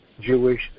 Jewish